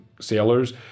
sailors